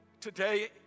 Today